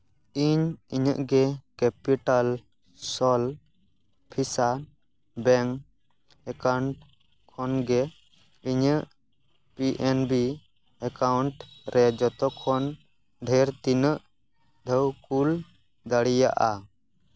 ᱤᱧ ᱤᱧᱟᱹᱜ ᱜᱮ ᱠᱮᱯᱤᱴᱟᱞ ᱥᱚᱞ ᱯᱷᱮᱥᱟ ᱵᱮᱝᱠ ᱮᱠᱟᱩᱱᱴ ᱠᱷᱚᱱᱜᱮ ᱤᱧᱟᱹᱜ ᱯᱤ ᱮᱱ ᱵᱤ ᱮᱠᱟᱩᱱᱴ ᱨᱮ ᱡᱚᱛᱚ ᱠᱷᱚᱱ ᱰᱷᱟᱨ ᱛᱤᱱᱟᱹᱜ ᱫᱷᱟᱣ ᱠᱩᱞ ᱫᱟᱲᱮᱭᱟᱜᱼᱟ